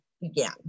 began